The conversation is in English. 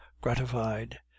gratified